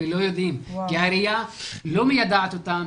לא יודעים כי העירייה לא מיידעת אותם.